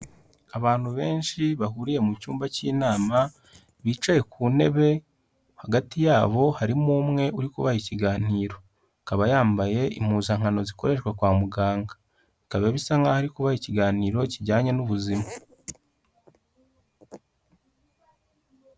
Abantu benshi bahuriye mu cyumba cy'inama, bicaye ku ntebe hagati yabo harimo umwe uri kubaha ikiganiro, akaba yambaye impuzankano zikoreshwa kwa muganga, bikaba bisa nk'aho ari kubaha ikiganiro kijyanye n'ubuzima.